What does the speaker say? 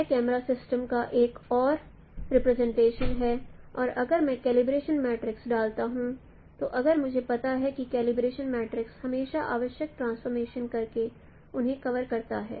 यह camera system का एक और रिप्रेजेंटेशन है और अगर मैं कैलिब्रेशन मैट्रिसेस डालता हूं तो अगर मुझे पता है कि कैलिब्रेशन मैट्रिसेस हमेशा आवश्यक ट्रांसफॉर्मेशन करके उन्हें कवर करता है